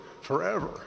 forever